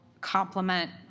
complement